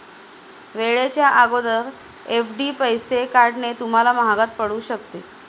वेळेच्या अगोदर एफ.डी पैसे काढणे तुम्हाला महागात पडू शकते